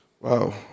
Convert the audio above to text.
Wow